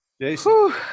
Jason